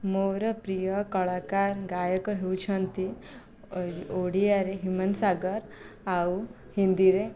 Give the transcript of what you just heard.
ମୋର ପ୍ରିୟ କଳାକାର ଗାୟକ ହେଉଛନ୍ତି ଓଡ଼ିଆରେ ହ୍ୟୁମାନ ସାଗର ଆଉ ହିନ୍ଦୀରେ